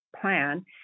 plan